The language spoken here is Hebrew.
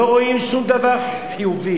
לא רואים שום דבר חיובי,